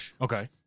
Okay